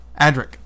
Adric